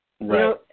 Right